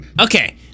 okay